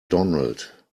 donald